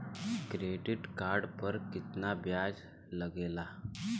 Credit card पर कितना ब्याज लगेला?